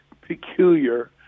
peculiar